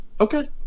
okay